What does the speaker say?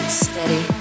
steady